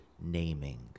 naming